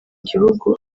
gihugu